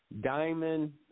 Diamond